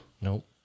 Nope